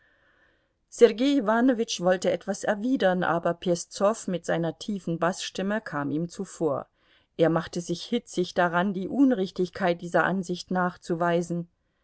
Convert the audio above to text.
sergei iwanowitsch wollte etwas erwidern aber peszow mit seiner tiefen baßstimme kam ihm zuvor er machte sich hitzig daran die unrichtigkeit dieser ansicht nachzuweisen